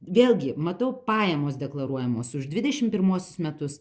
vėlgi matau pajamos deklaruojamos už dvidešim pirmus metus